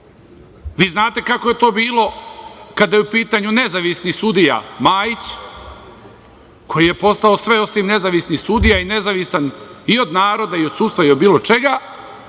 Vi znate kako je to bilo kada je u pitanju nezavisni sudija Majić, koji je postao sve osim nezavisni sudija i nezavistan i od naroda i od sudstva i od bilo čega